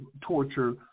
torture